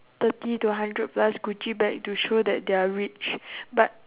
thirty to hundred plus gucci bag to show that they are rich but